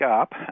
up